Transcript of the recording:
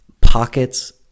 pockets